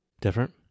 different